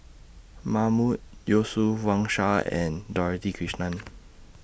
Mahmood Yusof Wang Sha and Dorothy Krishnan